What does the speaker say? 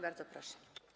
Bardzo proszę.